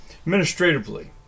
administratively